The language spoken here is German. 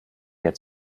mir